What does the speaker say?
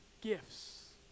gifts